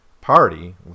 Party